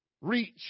reach